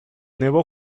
nuevo